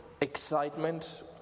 excitement